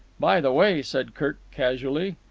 by the way, said kirk casually,